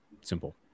simple